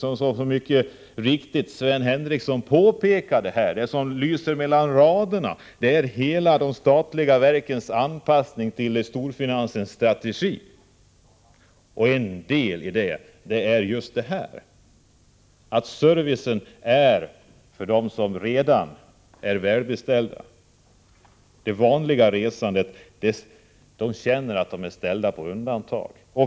Som Sven Henricsson mycket riktigt påpekade här lyser detta igenom, och man kan läsa mellan raderna hur de statliga verken anpassar sig till storfinansens strategi. En del av detta är att servicen är till för dem som redan är välbeställda. De vanliga resenärerna känner att de är satta på undantag.